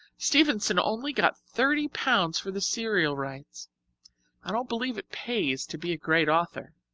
stevenson only got thirty pounds for the serial rights i don't believe it pays to be a great author.